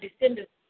descendants